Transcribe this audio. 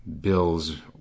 bills